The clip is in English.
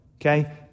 Okay